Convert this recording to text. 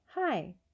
Hi